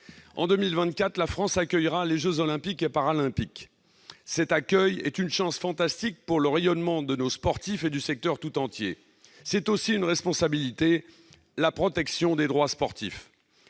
En 2024, la France accueillera les jeux Olympiques et Paralympiques. La tenue de cet événement est une chance fantastique pour le rayonnement de nos sportifs et du secteur tout entier. C'est aussi une responsabilité : celle d'assurer la protection des droits sportifs.